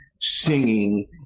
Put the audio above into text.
singing